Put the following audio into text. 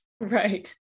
right